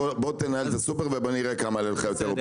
בוא תנהל את הסופר ובוא נראה כמה יעלה לך יותר או פחות.